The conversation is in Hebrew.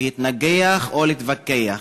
להתנגח או להתווכח,